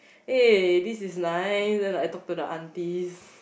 eh this is nice then I talk to aunties